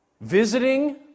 visiting